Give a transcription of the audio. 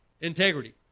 Integrity